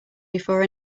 before